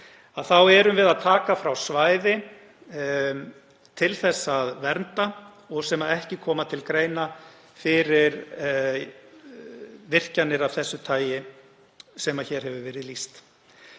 þá erum við að taka frá svæði til þess að vernda og sem ekki koma til greina fyrir virkjanir af því tagi sem hér hefur verið lýst.